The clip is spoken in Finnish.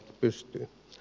arvoisa puhemies